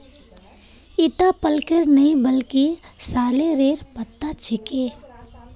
ईटा पलकेर नइ बल्कि सॉरेलेर पत्ता छिके